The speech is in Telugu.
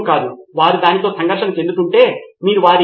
ఉపాధ్యాయుడు ఆమె లేదా అతని విద్యార్థులను అంచనా వేయాలనుకుంటారు